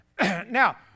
Now